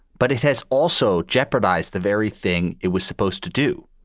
but it has also jeopardized the very thing it was supposed to do,